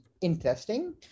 interesting